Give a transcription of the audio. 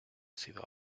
sido